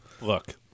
look